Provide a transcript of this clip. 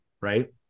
right